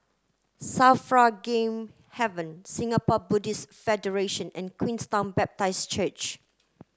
SAFRA Game Haven Singapore Buddhist Federation and Queenstown Baptist Church